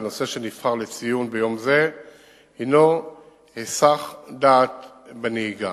והנושא שנבחר לציון ביום זה הינו היסח דעת בנהיגה.